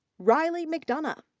riley mcdonough.